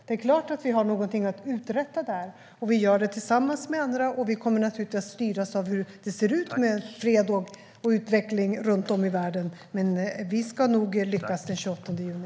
Det är klart att vi har något att uträtta där, och vi gör det tillsammans med andra. Vi kommer naturligtvis att styras av hur det ser ut med fred och utveckling runt om i världen. Vi ska nog lyckas den 28 juni.